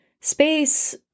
space